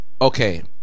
Okay